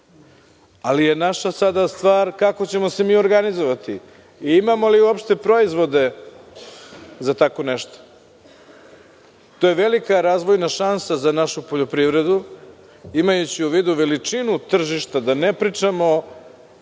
ali je naša sada stvar kako ćemo se organizovati i imamo li uopšte proizvode za tako nešto. To je velika razvojna šansa za našu poljoprivredu, imajući u vidu veličinu tržišta, a da ne pričamo